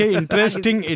interesting